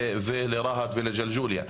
לרהט ולג'לג'וליה,